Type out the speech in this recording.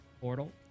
portal